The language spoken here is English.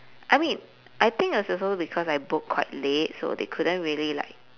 I mean I think it was also because I booked quite late so they couldn't really like